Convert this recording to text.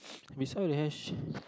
could be selling